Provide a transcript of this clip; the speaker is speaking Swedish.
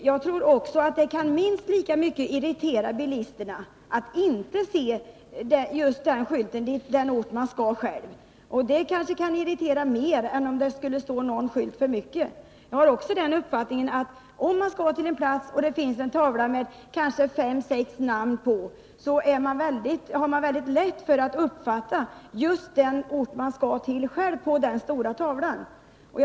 Enligt min mening kan bilisterna bli minst lika irriterade av att det inte finns någon skylt med anvisning om den ort de är på väg till som av att det förekommer någon skylt för mycket. Jag har också den uppfattningen att om man skall köra till en plats och namnet på den finns på en skylt med kanske fem sex namn, så uppmärksammar man lätt just namnet på den ort man söker.